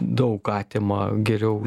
daug atima geriau